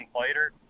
later